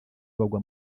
bagwa